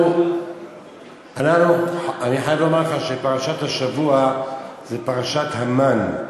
אני חייב לומר לך שפרשת השבוע היא פרשת המן.